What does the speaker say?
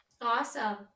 Awesome